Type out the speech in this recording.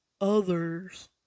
others